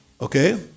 okay